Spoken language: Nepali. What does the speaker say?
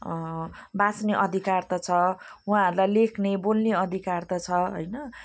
बाँच्ने अधिकार त छ उहाँहरूलाई लेख्ने बोल्ने अधिकार त छ हैन